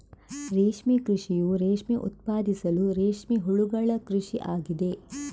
ರೇಷ್ಮೆ ಕೃಷಿಯು ರೇಷ್ಮೆ ಉತ್ಪಾದಿಸಲು ರೇಷ್ಮೆ ಹುಳುಗಳ ಕೃಷಿ ಆಗಿದೆ